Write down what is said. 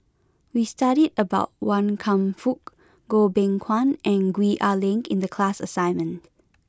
we studied about Wan Kam Fook Goh Beng Kwan and Gwee Ah Leng in the class assignment